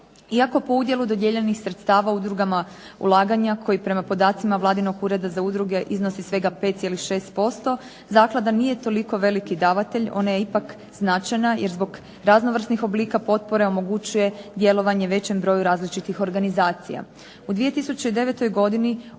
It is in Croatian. Iako po udjelu dodijeljenih sredstava udrugama ulaganja koji prema podacima vladinog ureda za udruge iznosi svega 5,6% zaklada nije toliko veliki davatelj, ona je ipak značajna jer zbog raznovrsnih oblika potpore omogućuje djelovanje većem broju različitih organizacija.